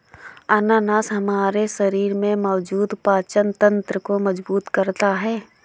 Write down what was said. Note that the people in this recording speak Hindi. अनानास हमारे शरीर में मौजूद पाचन तंत्र को मजबूत करता है